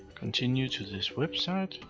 continue to this website.